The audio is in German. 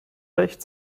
recht